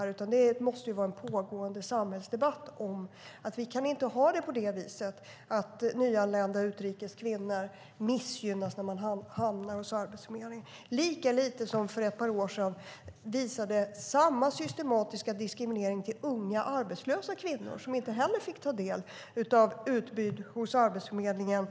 Vi måste i stället ha en pågående samhällsdebatt om att nyanlända utrikes födda kvinnor inte får missgynnas på Arbetsförmedlingen. För ett par år sedan visades samma systematiska diskriminering av unga arbetslösa kvinnor. De fick inte heller ta del av det utbud hos Arbetsförmedlingen